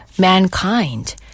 Mankind